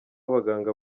abaganga